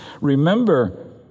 Remember